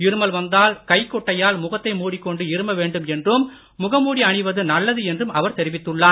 இருமல் வந்தால் கைக்குட்டையால் முகத்தை மூடிக்கொண்டு இரும வேண்டும் என்றும் முகமூடி அணிவது நல்லது என்றும் அவர் தெரிவித்துள்ளார்